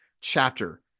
chapter